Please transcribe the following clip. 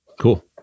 Cool